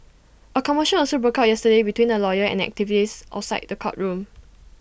A commotion also broke out yesterday between A lawyer and an activists outside the courtroom